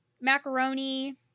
Macaroni